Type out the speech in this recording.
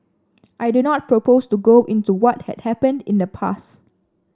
I do not propose to go into what had happened in the past